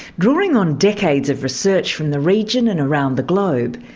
drawing on decades of research from the region and around the globe,